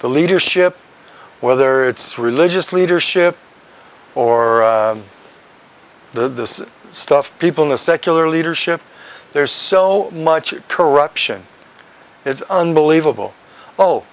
the leadership whether it's religious leadership or the stuff people in the secular leadership there's so much corruption it's unbelievable